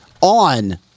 on